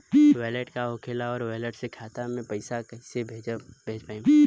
Wallet का होखेला और वैलेट से खाता मे पईसा कइसे भेज पाएम?